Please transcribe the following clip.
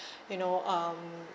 you know um